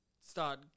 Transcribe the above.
start